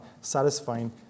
satisfying